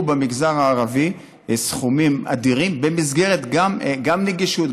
במגזר הערבי סכומים אדירים: גם נגישות,